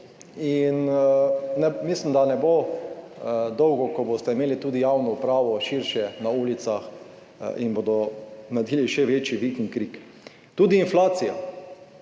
in mislim, da ne bo dolgo, ko boste imeli tudi javno upravo, širše, na ulicah in bodo naredili še večji vikend krik. Tudi inflacija.